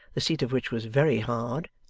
the seat of which was very hard,